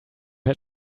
had